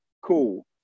cool